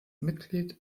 mitglied